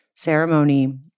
ceremony